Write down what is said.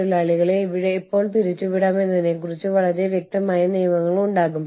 ഇൻപാട്രിയേറ്റുകൾ ഈ ആളുകൾ അവിടെ പോകുന്നു അവർ അവരുടെ ജോലി ചെയ്യുന്നു അവർ അവരുടെ നാട്ടിലേക്ക് മടങ്ങുന്നു